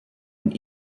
and